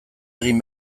egin